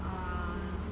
ah